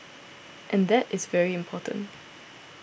and that is very important